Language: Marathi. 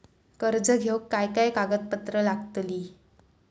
कर्ज घेऊक काय काय कागदपत्र लागतली?